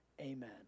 Amen